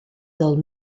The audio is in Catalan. del